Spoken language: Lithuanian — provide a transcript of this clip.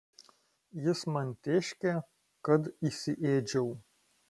jis man tėškė kad įsiėdžiau